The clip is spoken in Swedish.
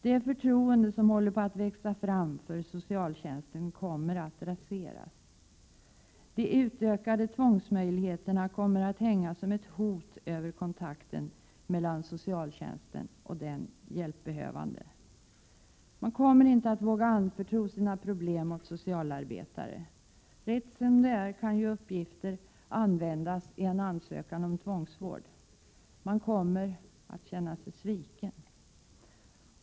Det förtroende som håller på att växa fram för socialtjänsten kommer att raseras. De utökade tvångsmöjligheterna kommer att hänga som ett hot över kontakten mellan socialtjänsten och den hjälpbehövande. Man kommer inte att våga anförtro sina problem åt socialarbetare. Rätt som det är kan ju uppgifter användas i en ansökan om tvångsvård. Man kommer att känna sig sviken.